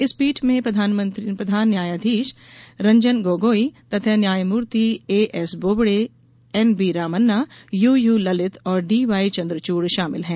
इस पीठ में प्रधान न्यायाधीश रंजन गोगोई तथा न्यायमूर्ति S A Bobde N B Ramana U U Lalit और डी वाई चन्द्रचूड़ शामिल हैं